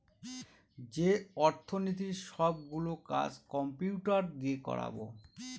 যে অর্থনীতির সব গুলো কাজ কম্পিউটার দিয়ে করাবো